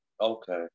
okay